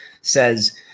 says